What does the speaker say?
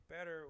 better